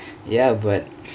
ya but